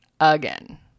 again